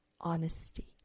honesty